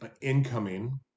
incoming